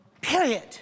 Period